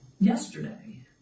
yesterday